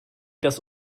das